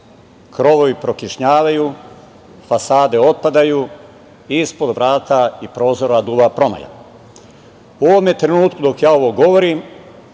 krovovi prokišnjavaju, fasade otpadaju, ispod vrata i prozora duva promaja.U ovome trenutku, dok ja ovo govorim,